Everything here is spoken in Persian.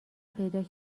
پیدا